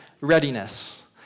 readiness